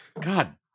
God